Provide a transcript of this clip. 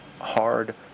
hard